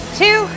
two